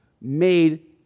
made